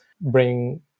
bring